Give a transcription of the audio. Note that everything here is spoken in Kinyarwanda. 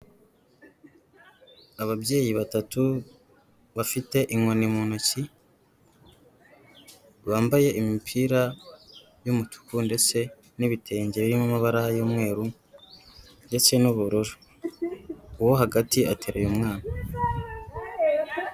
Ababyeyi batatu bafite inkoni mu ntoki, bambaye imipira y'umutuku ndetse n'ibitenge birimo amabara y'umweru ndetse n'ubururu, uwo hagati ateruye umwana.